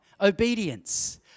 Obedience